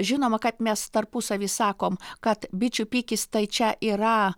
žinoma kad mes tarpusavy sakom kad bičių pikis tai čia yra